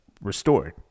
restored